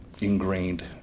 ingrained